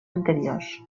anteriors